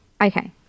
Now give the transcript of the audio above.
Okay